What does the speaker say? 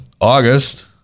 August